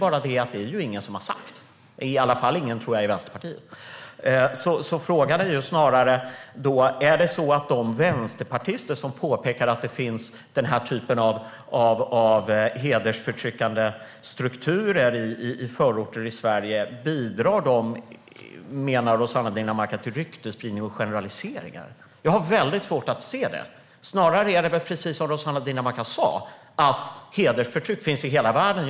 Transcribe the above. Men det är ingen som har sagt det - i alla fall ingen, tror jag, i Vänsterpartiet. Frågan är snarare: De vänsterpartister som påpekar att den här typen av hedersförtryckande strukturer finns i förorter i Sverige, menar Rossana Dinamarca att de bidrar till ryktesspridning och generaliseringar? Jag har svårt att se att de gör det. Snarare är det väl precis så som Rossana Dinamarca sa - att hedersförtryck finns i hela världen.